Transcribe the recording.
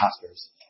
pastors